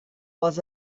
was